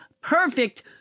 perfect